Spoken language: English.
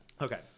okay